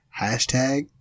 hashtag